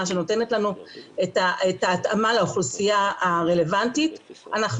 שנותנת לנו את ההתאמה לאוכלוסייה הרלוונטית אנחנו